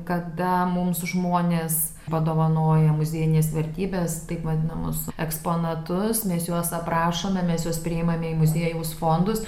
kada mums žmonės padovanoja muziejines vertybes taip vadinamus eksponatus mes juos aprašome mes juos priimame į muziejaus fondus